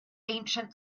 ancient